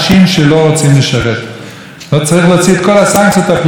צריך להוציא את כל הסנקציות הפליליות והכלכליות מכל מי שלא רוצה,